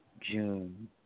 June